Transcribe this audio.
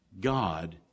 God